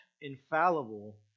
infallible